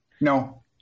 No